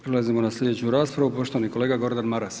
Prelazimo na slijedeću raspravu, poštovani kolega Gordan Maras.